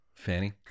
Fanny